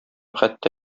хәтта